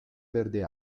verde